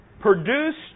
produced